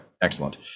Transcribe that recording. Excellent